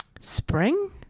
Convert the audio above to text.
Spring